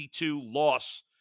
loss